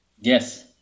Yes